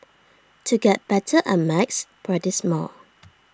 to get better at maths practise more